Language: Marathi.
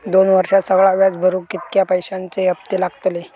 दोन वर्षात सगळा व्याज भरुक कितक्या पैश्यांचे हप्ते लागतले?